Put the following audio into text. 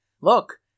Look